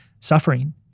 suffering